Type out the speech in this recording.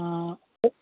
ஓ